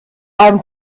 beim